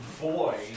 boy